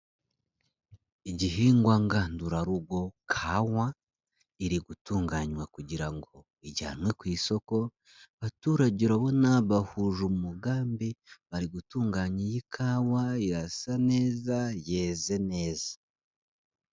Igihingwa ngandurarugo kawa, iri gutunganywa kugira ngo ijyanwe ku isoko, abaturage urabona bahuje umugambi, bari gutunganya iyi kawa irasa neza, yeze neza.